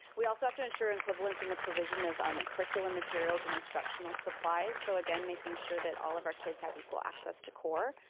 we also have to ensure equivalence in the provision of um and curriculum materials and instructional supplies. so again making sure that all of our kids have equal access to core.